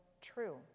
true